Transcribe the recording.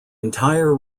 entire